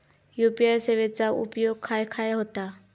UPI सेवेचा उपयोग खाय खाय होता?